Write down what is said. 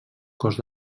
cos